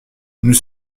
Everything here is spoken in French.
nous